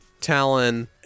talon